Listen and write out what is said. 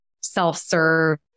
self-serve